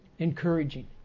Encouraging